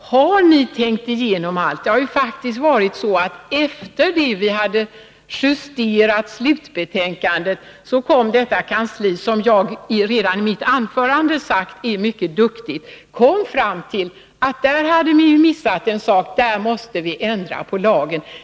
Har ni tänkt igenom allt? Det var faktiskt så, att efter det att vi hade slutjusterat betänkandet kom utskottskansliet — som jag redan i mitt anförande sade är mycket duktigt — fram till att man hade missat en sak, där man måste ändra i lagen.